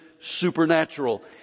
supernatural